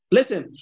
Listen